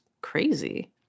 crazy